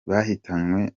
bahitanywe